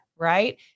Right